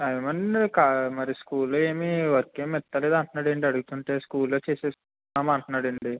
ఏమోనండి క మరి స్కూల్లో ఏమీ వర్క్ ఏమీ ఇవ్వట్లేదు అంటున్నాడండి వాడు అడుగుతుంటే స్కూల్లో చేసేసుకుంటున్నాము అంటన్నాడండి